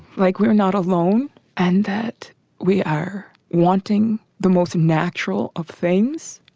like we're not alone and that we are wanting the most natural of things.